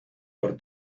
por